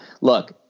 look